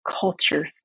culture